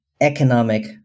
economic